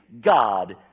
God